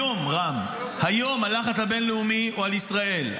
היום, רם, הלחץ הבין-לאומי הוא על ישראל.